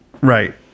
Right